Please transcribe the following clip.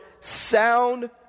sound